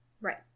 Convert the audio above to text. Right